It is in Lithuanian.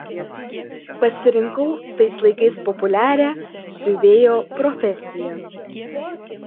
pasirinkau tais laikais populiarią siuvėjo profesiją